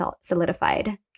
solidified